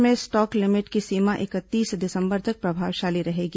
प्रदेश में stock limit की सीमा इकतीस दिसंबर तक प्रभावशील रहेगी